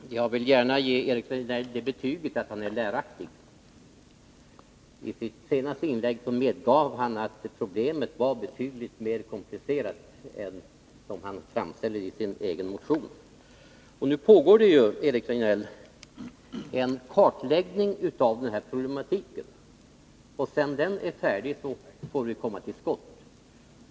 Herr talman! Jag vill gärna ge Eric Rejdnell det betyget att han är läraktig. I sitt senaste inlägg medgav han att problemet är betydligt mer komplicerat än det framställs i hans och Margot Håkanssons motion. Nu pågår det, Eric Rejdnell, en kartläggning av denna problematik. När den är färdig, får vi komma till skott.